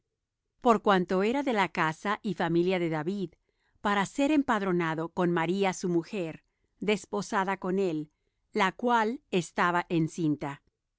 por cuanto era de la casa y familia de david para ser empadronado con maría su mujer desposada con él la cual estaba encinta